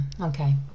Okay